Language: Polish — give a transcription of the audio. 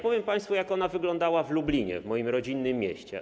Powiem państwu, jak ona wyglądała w Lublinie, moim rodzinnym mieście.